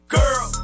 girl